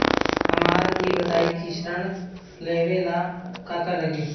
हमरा ई बताई की ऋण लेवे ला का का लागी?